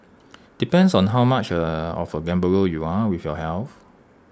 depends on how much of A gambler you are with your health